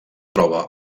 troba